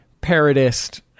parodist